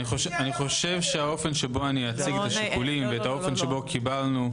אני חושב שהאופן שבו אציג את השיקולים ואת האופן שבו קיבלנו-